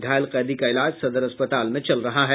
घायल कैदी का इलाज सदर अस्पताल में चल रहा है